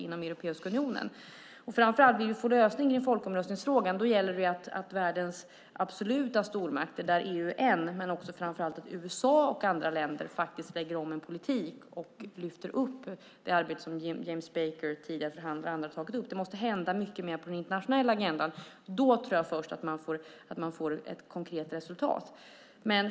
Vill vi få en lösning i folkomröstningsfrågan gäller det framför allt att världens absoluta stormakter, där EU är en men också USA och andra länder, lägger om politiken och lyfter upp det arbete som James Baker, tidigare förhandlare, och andra tagit upp. Det måste hända mycket mer på den internationella agendan. Då först tror jag att man får ett konkret resultat.